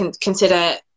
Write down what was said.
consider